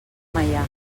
meià